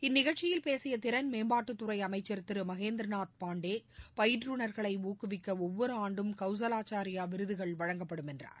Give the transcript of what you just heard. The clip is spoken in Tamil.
இந்நிகழ்ச்சியில் பேசிய திறன் மேம்பாட்டு துறை அமைச்சர் திரு மகேந்திரநாத் பாண்டே பயிற்றுனர்களை ஊக்குவிக்க ஒவ்வொரு் ஆண்டும் கௌசலாச்சாரியா விருதுகள் வழங்கப்படும் என்றார்